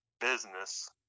business